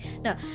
No